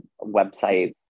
website